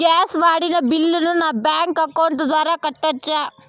Gas వాడిన బిల్లును నా బ్యాంకు అకౌంట్ ద్వారా కట్టొచ్చా?